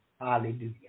hallelujah